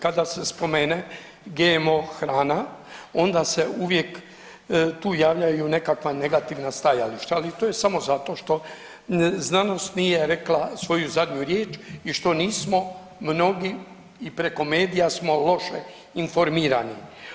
Kada se spomene GMO hrana onda se uvijek tu javljaju nekakva negativna stajališta, ali to je samo zato što znanost nije rekla svoju zadnju riječ i što nismo mnogi i preko medija smo loše informirani.